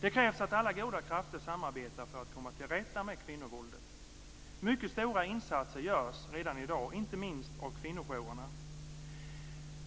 Det krävs att alla goda krafter samarbetar för att komma till rätta med våldet mot kvinnor. Mycket stora insatser görs redan i dag, inte minst av kvinnojourerna.